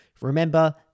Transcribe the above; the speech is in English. Remember